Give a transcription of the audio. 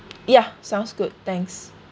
yeah sounds good thanks